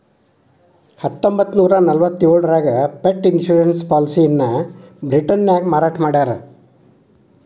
ಹತ್ತೊಂಬತ್ತನೂರ ನಲವತ್ತ್ಯೋಳರಾಗ pet insurance ಪಾಲಿಸಿಯನ್ನ ಬ್ರಿಟನ್ನ್ಯಾಗ ಮಾರಾಟ ಮಾಡ್ಯಾರ